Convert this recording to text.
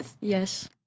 yes